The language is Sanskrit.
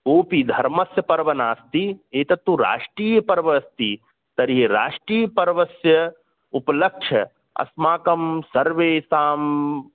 कोपि धर्मस्य पर्वः नास्ति एतत्तु राष्ट्रीयपर्वः अस्ति तर्हि राष्ट्रीयपर्वस्य उपलक्ष्य अस्माकं सर्वेषाम्